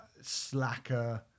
slacker